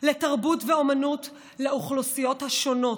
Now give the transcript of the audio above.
של תרבות ואומנות לאוכלוסיות השונות,